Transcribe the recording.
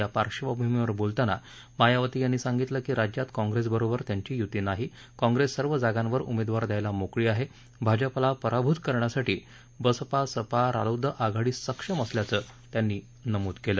या पार्श्वभूमीवर बोलतांना मायावती यांनी सांगितलं की राज्यात काँग्रेसबरोबर त्यांची युती नाही काँग्रेस सर्व जागांवर उमेदवार द्यायला मोकळी आहे भाजपाला पराभूत करण्यासाठी बसपा सपा रालोद आघाडी सक्षम असल्याचं त्यांनी नमूद केलं